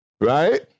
Right